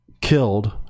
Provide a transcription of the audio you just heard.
killed